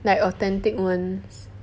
like authentic ones